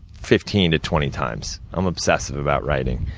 fifteen to twenty times. i'm obsessive about writing.